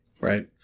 Right